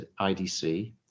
IDC